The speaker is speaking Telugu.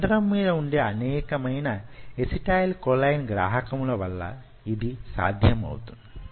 కండరం మీద ఉండే అనేకమైన ఎసిటైల్ కొలైన్ గ్రాహకముల వల్ల యిది సాధ్యమౌతుంది